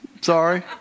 Sorry